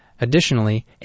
Additionally